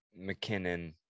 mckinnon